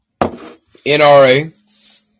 NRA